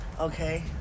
Okay